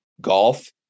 golf